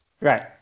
Right